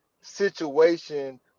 situation